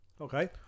Okay